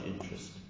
interest